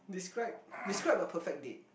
describe describe a perfect date